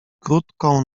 krótką